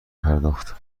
پرداخت